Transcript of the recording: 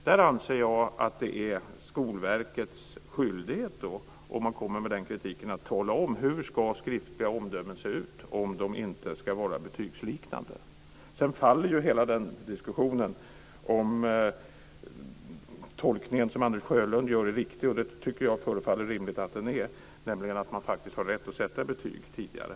Där anser jag att det är Skolverkets skyldighet att tala om hur skriftliga omdömen ska se ut om de inte ska vara betygsliknande, om verket kommer med den kritiken. Sedan faller hela diskussionen om den tolkning som Anders Sjölund gör är riktig - det tycker jag förefaller rimligt att den är - nämligen att man faktiskt har rätt att sätta betyg tidigare.